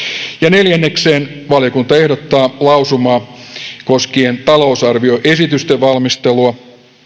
neljänneksi valiokunta ehdottaa lausumaa koskien talousarvioesitysten valmistelua